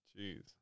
Jeez